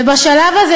ובשלב הזה,